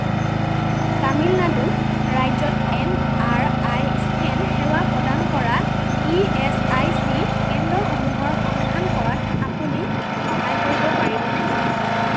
তামিলনাডু ৰাজ্যত M R I scan সেৱা প্ৰদান কৰা ই এচ আই চি কেন্দ্ৰসমূহৰ সন্ধান কৰাত আপুনি সহায় কৰিব পাৰিবনে